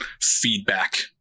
feedback